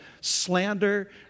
slander